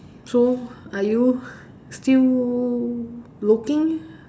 so are you still looking